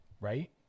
right